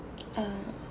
uh